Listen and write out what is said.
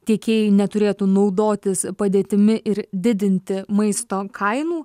tiekėjai neturėtų naudotis padėtimi ir didinti maisto kainų